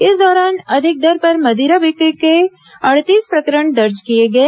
इस दौरान अधिक दर पर मदिरा बिक्री को अड़तीस प्रकरण दर्ज किए गए